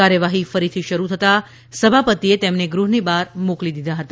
કાર્યવાહી ફરીથી શરૂ થતાં સભાપતિએ તેમને ગૃહને બહાર મોકલી દીધા હતા